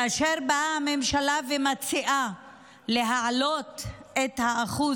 כאשר באה הממשלה ומציעה להעלות את האחוז